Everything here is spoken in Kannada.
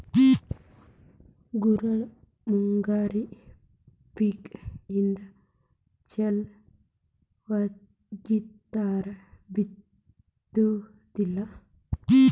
ಗುರೆಳ್ಳು ಮುಂಗಾರಿ ಪಿಕ್ ಇದ್ದ ಚಲ್ ವಗಿತಾರ ಬಿತ್ತುದಿಲ್ಲಾ